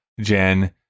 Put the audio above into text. Jen